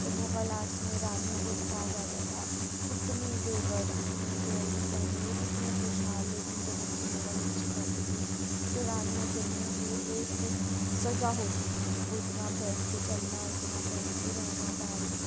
تو مغل آرٹس میں رانیوں کو دکھایا جاتا تھا کتنے زیور کتنے جویلری پہنے ہوئے کتنے خوش حال لیکن جب ان کی مغل ہسٹری پڑھتے تھے تو رانیوں کے لئے وہ ایک سزا ہوتی تھی وہ اتنا پہن کے چلنا اتنا پہن کے رہنا بھاری